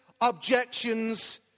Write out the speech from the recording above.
objections